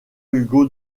hugo